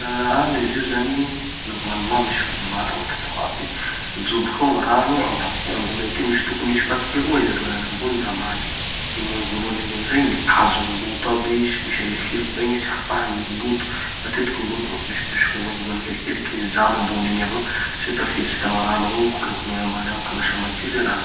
zany, normallement misy vatovato agnatiny ao aby. Ajoboky ao gny rano, amy partie ambony ety misy, tokony misy parties roa izy aloha zany, ambony da ambany. Igny e voalohany igny amizay mitazo gny loto aby sy misy any le filtre igny, tsy ahafahan'ny gny loto. Matetiky gny loto manko misimisy vongavongany kelikely mijano ambony egny avao tsy ho tafiditsy, da gny rano avao mikororoky megna ambany agny ka lasa madio le rano.